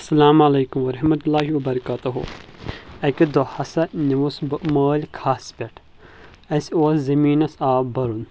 السلام عليكم ورحمة الله وبركاته اکہِ دۄہ ہسا نِوُس بہٕ مٲلۍ کھہس پٮ۪ٹھ اسہِ اوس زٔمیٖنس آب برُن